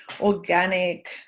organic